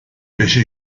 beşe